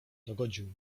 dogodził